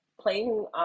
playing